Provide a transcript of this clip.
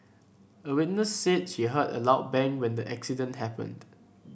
a witness said she heard a loud bang when the accident happened